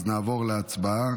נעבור להצבעה.